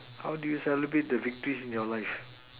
how do you celebrate the victories in your life